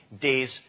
days